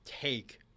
take